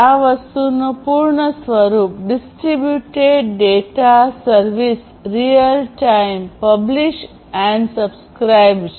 આ વસ્તુનું પૂર્ણ સ્વરૂપ distributed data service real time publish અને સબ્સ્ક્રાઇબ છે